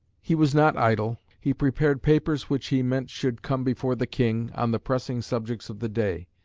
he was not idle. he prepared papers which he meant should come before the king, on the pressing subjects of the day.